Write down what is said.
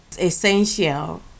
essential